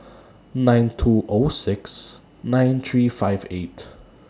nine two O six nine three five eight